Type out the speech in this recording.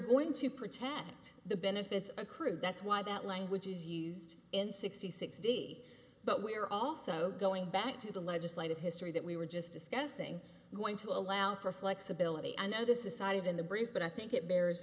going to protect the benefits accrue that's why that language is used in sixty sixty but we're also going back to the legislative history that we were just discussing going to allow for flexibility i know this is cited in the brief but i think it bears